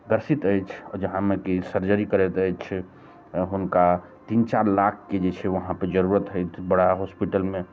ग्रसित अछि जहाँमे कि सर्जरी करैत अछि हुनका तीन चारि लाखके जे छै वहाँपे जरूरत होइत बड़ा हॉस्पिटलमे